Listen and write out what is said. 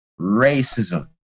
racism